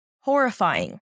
horrifying